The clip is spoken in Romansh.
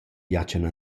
jachen